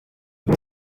ati